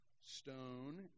stone